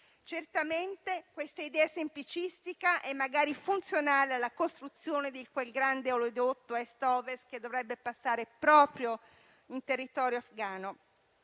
sarà così. Questa idea semplicistica è magari funzionale alla costruzione di quel grande oleodotto Est-Ovest che dovrebbe passare proprio in territorio afghano.